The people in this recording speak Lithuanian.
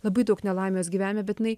labai daug nelaimių jos gyvenime bet jinai